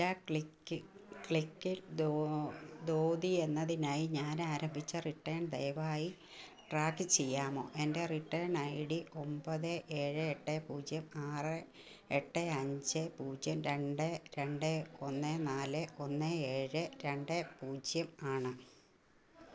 Tata click ക്ലിക്കിൽ ധോ ധോതി എന്നതിനായി ഞാൻ ആരംഭിച്ച റിട്ടേൺ ദയവായി ട്രാക്ക് ചെയ്യാമോ എൻ്റെ റിട്ടേൺ ഐ ഡി ഒമ്പത് ഏഴ് എട്ട് പൂജ്യം ആറ് എട്ട് അഞ്ച് പൂജ്യം രണ്ട് രണ്ട് ഒന്ന് നാല് ഒന്ന് ഏഴ് രണ്ട് പൂജ്യം ആണ്